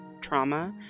trauma